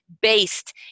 based